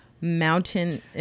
mountain